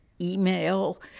email